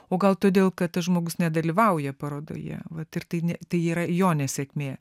o gal todėl kad žmogus nedalyvauja parodoje vat ir tai ne tai yra jo nesėkmė